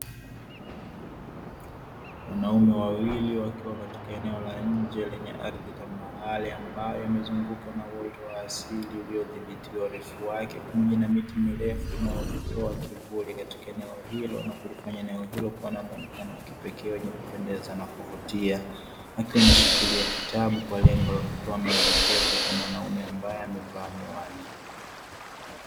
Wanaume wawili, wakiwa katika eneo la nje lenye ardhi tambarare ambayo imezungukwa na asili iliyodhibitiwa urefu wake, pamoja na miti mirefu inayotoa kivuli katika eneo hilo na kulifanya eneo hilo kuwa na muonekano wa kipekee wenye kupendeza na kuvutia. Akiwa ameshikilia kitabu kwa lengo la kutoa maelekezo kwa mwanaume ambaye amevaa miwani.